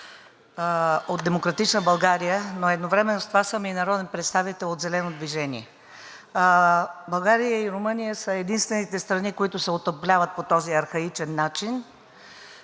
от „Демократична България“, но едновременно с това съм и народен представител от „Зелено движение“. България и Румъния са единствените страни, които се отопляват по този архаичен начин,